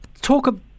Talk